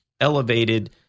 elevated